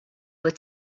were